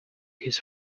his